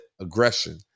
aggression